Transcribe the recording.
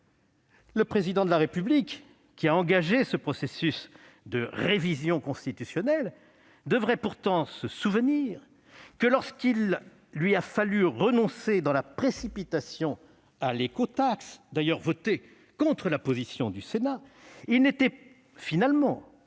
Le Président de la République, qui a engagé ce processus de révision constitutionnelle, devrait pourtant se souvenir que, lorsqu'il lui a fallu renoncer dans la précipitation à l'écotaxe, d'ailleurs votée contre la position du Sénat, il n'était finalement